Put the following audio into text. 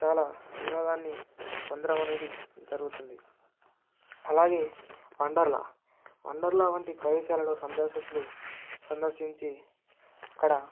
చాలా వినోదాన్ని పొందడం అనేది జరుగుతుంది అలాగే వండర్లా వండర్లా వంటి ప్రదేశాలలో సందర్శకులు సందర్శించి అక్కడ